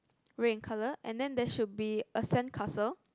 red in colour and then there should be a sandcastle